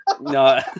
No